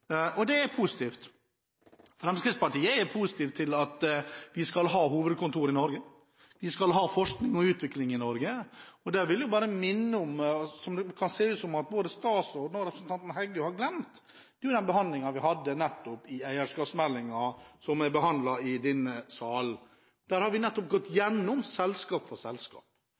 og det er positivt. Fremskrittspartiet er positiv til at vi skal ha hovedkontor i Norge. Vi skal ha forskning og utvikling i Norge. Der vil jeg bare minne om – som det kan se ut som at både statsråden og representanten Heggø har glemt – den behandlingen vi hadde av eierskapsmeldingen i denne sal, der vi nettopp gikk igjennom selskap for selskap.